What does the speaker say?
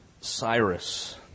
Cyrus